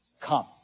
Come